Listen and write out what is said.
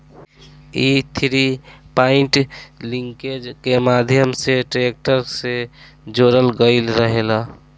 इ three point linkage के माध्यम से ट्रेक्टर से जोड़ल गईल रहेला